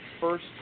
First